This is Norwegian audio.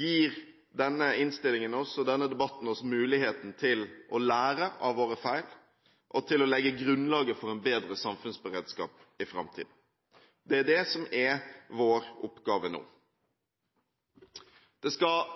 gir denne innstillingen – og denne debatten – oss muligheten til å lære av våre feil og til å legge grunnlaget for en bedre samfunnsberedskap i framtiden. Det er det som er vår oppgave nå. Det skal